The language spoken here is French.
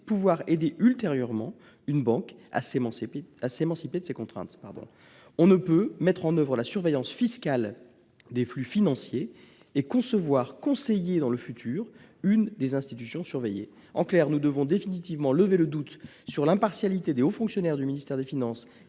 pouvoir aider ultérieurement une banque à s'émanciper de ces contraintes. On ne peut mettre en oeuvre la surveillance fiscale des flux financiers et imaginer conseiller, dans le futur, une des institutions surveillées. En clair, nous devons définitivement lever le doute sur l'impartialité de hauts fonctionnaires du ministère des finances